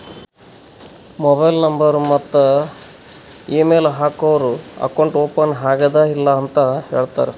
mobile number ಮತ್ತ email ಹಾಕೂರ್ account open ಆಗ್ಯಾದ್ ಇಲ್ಲ ಅಂತ ಹೇಳ್ತಾರ್